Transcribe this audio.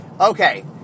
Okay